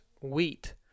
wheat